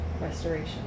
restoration